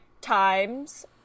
times